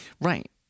Right